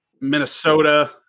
Minnesota